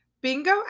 bingo